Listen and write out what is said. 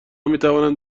میتوانند